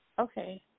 Okay